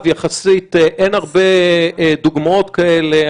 יחסית אין הרבה דוגמאות כאלה.